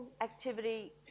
activity